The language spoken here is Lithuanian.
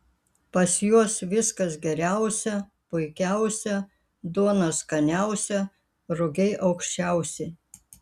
pas juos viskas geriausia puikiausia duona skaniausia rugiai aukščiausi